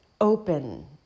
open